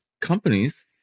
companies